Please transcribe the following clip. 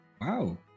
wow